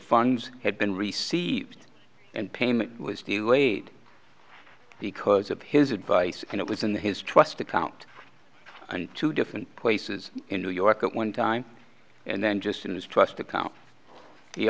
funds had been received and payment was delayed because of his advice and it was in his trust account and two different places in new york at one time and then just in his trust account